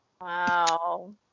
Wow